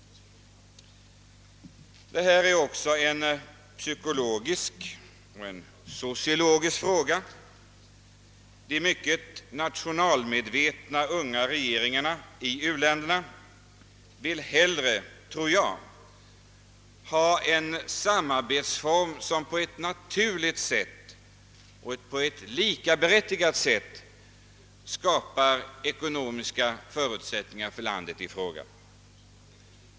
Detta är också en psykologisk och sociologisk fråga. De mycket nationalmedvetna unga regeringarna i u-länderna vill hellre — tror jag — ha en samarbetsform, som på ett naturligt och likaberättigat sätt skapar ekonomiska förutsättningar för landet i fråga.